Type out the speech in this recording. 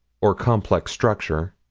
or complex structure,